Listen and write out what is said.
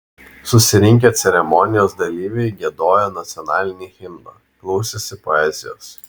susirinkę ceremonijos dalyviai giedojo nacionalinį himną klausėsi poezijos